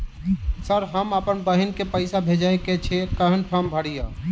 Sir हम अप्पन बहिन केँ पैसा भेजय केँ छै कहैन फार्म भरीय?